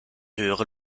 höhere